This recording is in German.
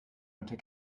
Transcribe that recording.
unter